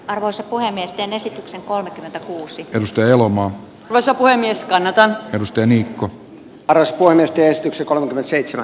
arvoisa puhemies teen esityksen kolmekymmentäkuusi grimsby elomon kanssa puhemies kannatan perusteli on paras huone kesti kolme seitsemän